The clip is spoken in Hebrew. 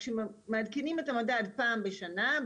כשמעדכנים את המדד פעם בשנה,